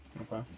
Okay